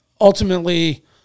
ultimately